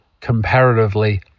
comparatively